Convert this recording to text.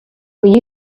were